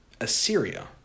Assyria